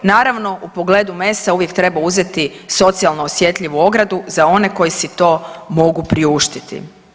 Naravno u pogledu mesa uvijek treba uzeti socijalno osjetljivu ogradu za one koji si to mogu priuštiti.